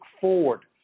forward